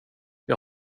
jag